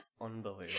unbelievable